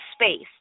space